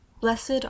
blessed